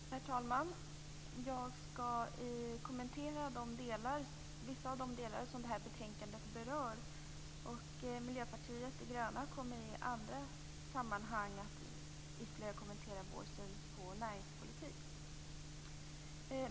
Herr talman! Jag skall kommentera vissa av de frågor som det här betänkandet berör. Miljöpartiet de gröna kommer i andra sammanhang att ytterligare kommentera vår syn på näringspolitik.